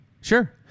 Sure